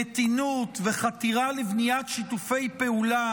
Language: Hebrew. מתינות וחתירה לבניית שיתופי פעולה,